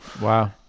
Wow